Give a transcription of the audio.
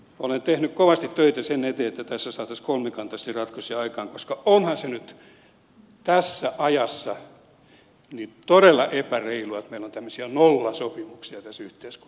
olen tehnyt kovasti töitä sen eteen että tässä saataisiin kolmikantaisesti ratkaisuja aikaan koska onhan se nyt tässä ajassa todella epäreilua että meillä on tämmöisiä nollasopimuksia tässä yhteiskunnassa